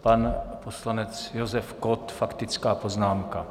Pan poslanec Josef Kott, faktická poznámka.